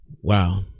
Wow